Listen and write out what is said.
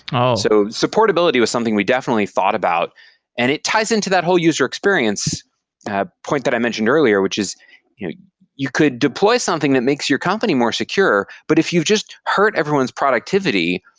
so supportability was something we definitely thought about and it ties into that whole user experience point that i mentioned earlier, which is you you could deploy something that makes your company more secure, but if you've just hurt everyone's productivity,